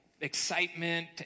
excitement